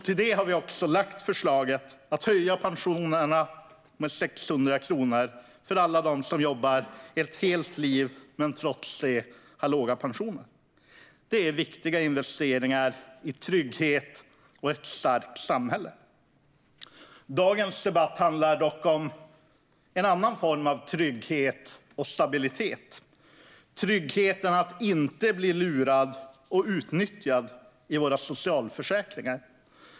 Till detta har vi också lagt förslag om att höja pensionerna med 600 kronor för alla dem som har jobbat ett helt liv men trots det har låga pensioner. Detta är viktiga investeringar i trygghet och ett starkt samhälle. Dagens debatt handlar dock om en annan form av trygghet och stabilitet: tryggheten att inte bli lurad och utnyttjad inom socialförsäkringarna.